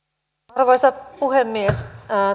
arvoisa puhemies